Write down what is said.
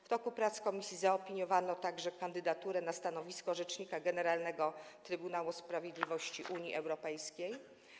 W toku prac komisji zaopiniowano także kandydaturę na stanowisko rzecznika generalnego Trybunału Sprawiedliwości Unii Europejskiej.